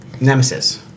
Nemesis